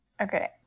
Okay